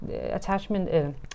attachment